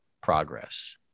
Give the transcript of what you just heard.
progress